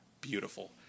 beautiful